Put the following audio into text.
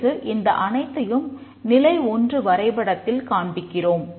பிறகு இந்த அனைத்தையும் நிலை 1 வரைபடத்தில் காண்பிக்கிறோம்